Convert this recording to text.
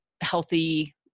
healthy